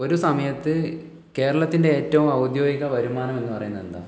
ഒരു സമയത്ത് കേരളത്തിൻ്റെ ഏറ്റവും ഔദ്യോഗിക വരുമാനം എന്ന് പറയുന്ന എന്താണ്